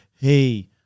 hey